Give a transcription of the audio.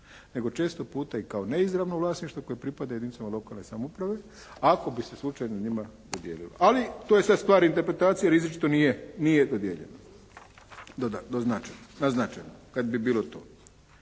nego često puta i kao neizravno vlasništvo koje pripada jedinicama lokalne samouprave, ako bi se slučajno njima dodijelio. Ali, to je sad stvar interpretacije jer izričito nije dodijeljeno, doznačeno, naznačeno, kad bi bilo to.